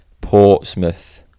Portsmouth